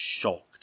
shocked